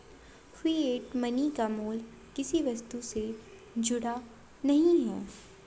fiat money का मूल्य किसी वस्तु से जुड़ा नहीं है